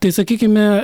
tai sakykime